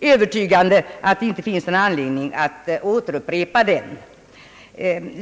övertygande att det inte finns anledning att upprepa den.